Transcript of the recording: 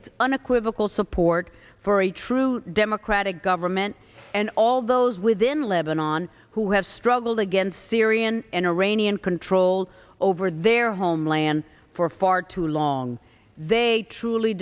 its unequivocal support for a true democratic government and all those within lebanon who have struggled against syrian and iranian control over their homeland for far too long they truly